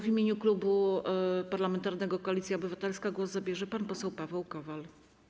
W imieniu Klubu Parlamentarnego Koalicja Obywatelska głos zabierze pan poseł Paweł Kowal.